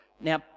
Now